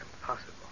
impossible